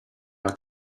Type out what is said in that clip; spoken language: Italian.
alla